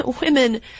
women